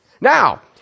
Now